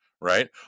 right